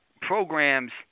programs